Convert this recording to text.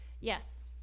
yes